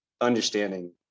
understanding